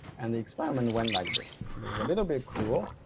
and the experiment went like this. it was a little bit cruel.